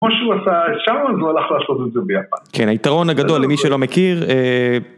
כמו שהוא עשה שם, אז הוא הלך לעשות את זה ביפן. כן, היתרון הגדול למי שלא מכיר...